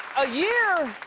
a year